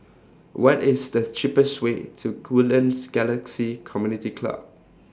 What IS The cheapest Way to Woodlands Galaxy Community Club